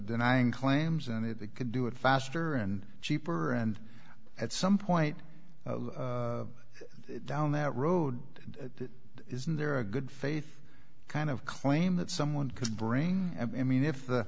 denying claims and they could do it faster and cheaper and at some point down that road isn't there a good faith kind of claim that someone could bring i mean if